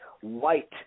white